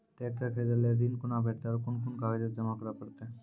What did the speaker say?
Tractor खरीदै लेल ऋण कुना भेंटते और कुन कुन कागजात जमा करै परतै?